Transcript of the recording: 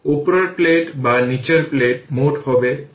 উপরের প্লেট বা নীচের প্লেট মোট হবে 0